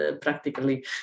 practically